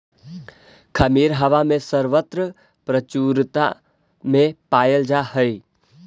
खमीर हवा में सर्वत्र प्रचुरता में पायल जा हई